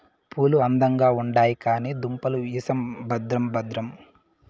పూలు అందంగా ఉండాయి కానీ దుంపలు ఇసం భద్రం భద్రం